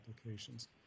applications